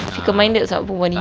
fickle minded siak perempuan ni